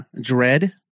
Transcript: Dread